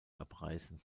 abreißen